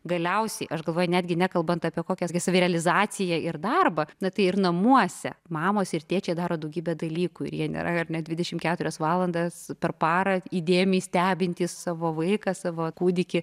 galiausiai aš galvoju netgi nekalbant apie kokias gi savirealizaciją ir darbą na tai ir namuose mamos ir tėčiai daro daugybę dalykų ir jie nėra ar ne dvidešimt keturias valandas per parą įdėmiai stebintys savo vaiką savo kūdikį